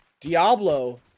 Diablo